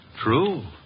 True